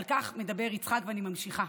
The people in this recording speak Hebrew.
על כך מדבר יצחק, ואני ממשיכה: